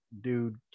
dude